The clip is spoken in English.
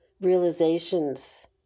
realizations